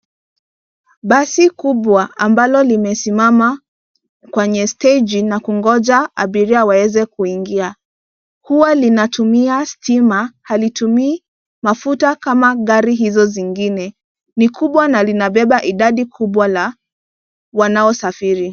Basi kubwa ambalo limesimama kwenye steji na kungoja abiria waweze kuingia. Huwa linatumia stimaa halitumii mafuta kama gari hizo zingine. Ni kubwa na linabeba idadi kubwa la wanaosafiri.